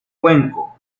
cuenco